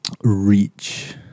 Reach